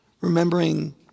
remembering